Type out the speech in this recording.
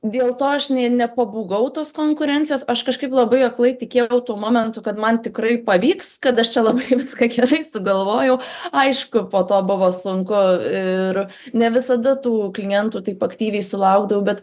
dėl to aš nė nepabūgau tos konkurencijos aš kažkaip labai aklai tikėjau tuo momentu kad man tikrai pavyks kad aš čia labai viską gerai sugalvojau aišku po to buvo sunku ir ne visada tų klientų taip aktyviai sulaukdavau bet